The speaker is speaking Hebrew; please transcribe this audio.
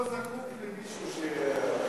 אבל הליכוד לא זקוק למישהו שיכפה עליו,